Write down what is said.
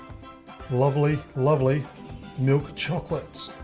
lovely lovely milk chocolate.